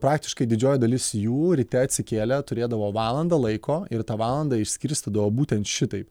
praktiškai didžioji dalis jų ryte atsikėlę turėdavo valandą laiko ir tą valandą išskirstydavo būtent šitaip